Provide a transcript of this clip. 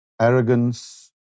arrogance